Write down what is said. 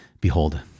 behold